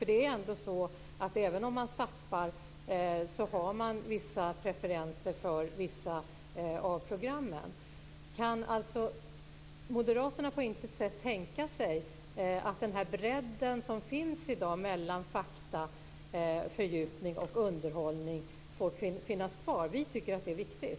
Det är ju ändå så att även om man zappar har man preferenser för vissa av programmen. Kan alltså Moderaterna på intet sätt tänka sig att den bredd som finns i dag mellan fakta, fördjupning och underhållning kan få finnas kvar? Vi tycker att det är viktigt.